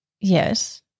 yes